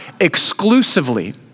exclusively